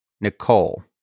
Nicole